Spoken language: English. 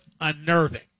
unnerving